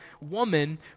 woman